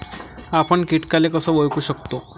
आपन कीटकाले कस ओळखू शकतो?